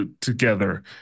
together